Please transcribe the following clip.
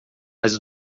mas